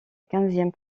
quinzième